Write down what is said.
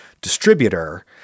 distributor